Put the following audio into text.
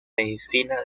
medicina